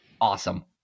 awesome